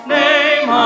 name